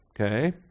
Okay